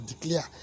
declare